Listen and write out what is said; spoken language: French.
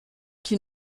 qui